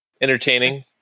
entertaining